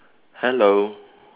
hello